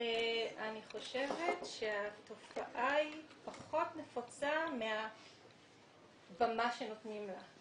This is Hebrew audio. אני חושבת שהתופעה היא פחות נפוצה מהבמה שנותנים לה.